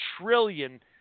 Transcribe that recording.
trillion